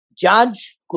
judge